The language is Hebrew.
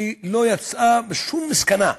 ולא יצאה בשום מסקנה.